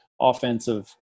offensive –